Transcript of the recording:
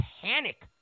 panic